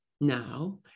now